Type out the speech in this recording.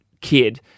kid